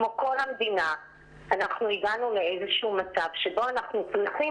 כמו כל המדינה הגענו לאיזשהו מצב שבו אנחנו צריכים